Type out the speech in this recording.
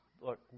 look